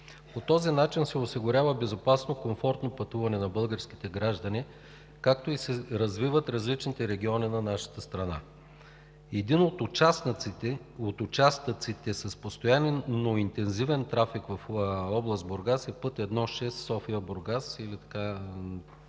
По този начин се осигурява безопасно и комфортно пътуване на българските граждани, както и се развиват различните региони на нашата страна. Един от участъците с постоянно интензивен трафик в област Бургас е път І-6 София – Бургас или както